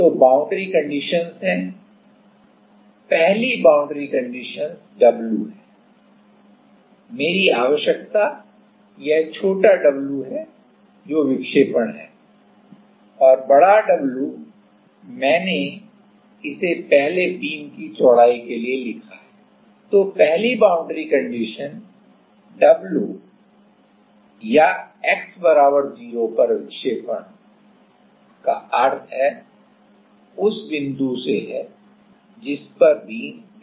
तो boundary conditions हैं पहली बाउंड्री कंडीशन w है मेरी आवश्यकता यह छोटा w है जो विक्षेपण है और बड़ा W मैंने इसे पहले बीम की चौड़ाई के लिए लिखा है यह w या x 0 पर विक्षेपण का अर्थ उस बिंदु से है जिस पर बीम दीवार से जुड़ी होती है